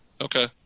Okay